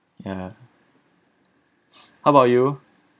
ya how about you